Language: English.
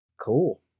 Cool